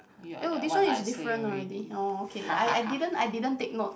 oh this one is different already okay I I didn't I didn't take note